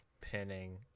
pinning